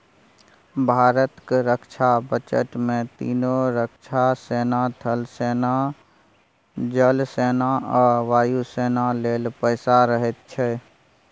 भारतक रक्षा बजट मे तीनों रक्षा सेना थल सेना, जल सेना आ वायु सेना लेल पैसा रहैत छै